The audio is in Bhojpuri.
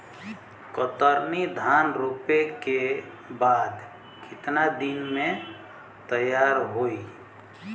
कतरनी धान रोपे के बाद कितना दिन में तैयार होई?